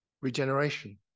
regeneration